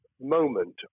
moment